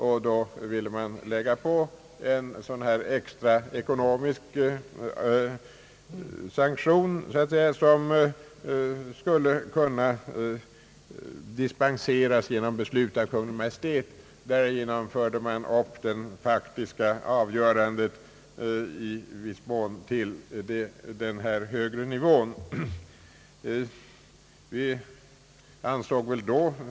Därför ville man införa en extra ekonomisk pålaga, som skulle kunna dispenseras genom beslut av Kungl. Maj:t. Därigenom förde man i viss mån upp det faktiska avgörandet till den högre nivån.